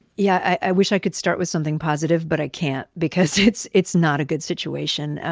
yeah, i wish i could start with something positive, but i can't because it's it's not a good situation.